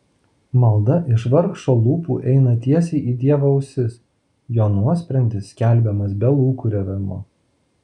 malda iš vargšo lūpų eina tiesiai į dievo ausis jo nuosprendis skelbiamas be lūkuriavimo